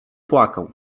płakał